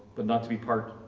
but not to be part